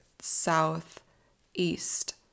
southeast